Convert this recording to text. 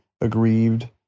aggrieved